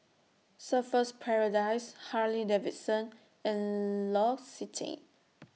Surfer's Paradise Harley Davidson and L'Occitane